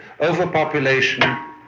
overpopulation